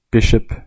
Bishop